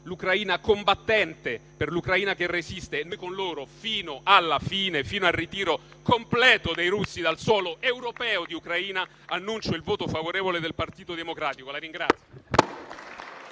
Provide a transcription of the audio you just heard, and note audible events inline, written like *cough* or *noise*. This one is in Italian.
l'Ucraina combattente - l'Ucraina che resiste con loro fino alla fine, fino al ritiro completo dei russi dal suolo europeo di Ucraina *applause* -* annuncio il voto favorevole del Partito Democratico. *applause*